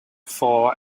for